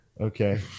Okay